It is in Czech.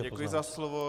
Děkuji za slovo.